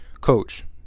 Coach